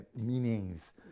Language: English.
meanings